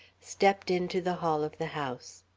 stepped into the hall of the house.